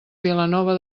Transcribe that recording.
vilanova